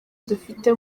dufite